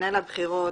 מנהל הבחירות,